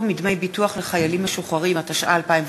(פטור מדמי ביטוח לחיילים משוחררים), התשע"ה 2014,